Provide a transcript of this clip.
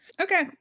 Okay